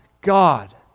God